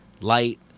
light